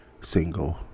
single